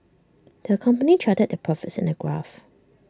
the company charted their profits in A graph